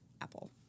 apple